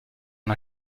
una